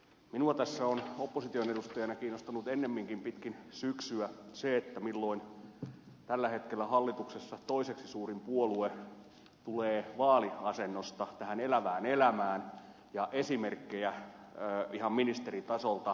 minua tässä on opposition edustajana kiinnostanut ennemminkin pitkin syksyä se milloin tällä hetkellä hallituksessa toiseksi suurin puolue tulee vaaliasennosta tähän elävään elämään esimerkkejä ihan ministeritasolta